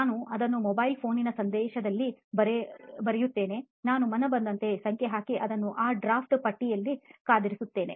ನಾನು ಅದನ್ನು mobile phoneನ ಸಂದೇಶದಲ್ಲಿ ಬರೆಯುತ್ತೇನೆ ನಾನು ಮನಬಂದಂತೆ ಸಂಖ್ಯೆಯನ್ನು ಹಾಕಿ ಅದನ್ನು ಆ draft ಪೆಟ್ಟಿಗೆಯಲ್ಲಿ ಕಾದಿರಿಸುತ್ತೇನೆ